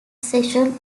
session